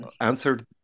answered